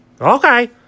Okay